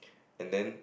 and then